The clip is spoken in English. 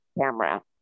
camera